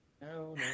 no